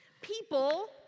People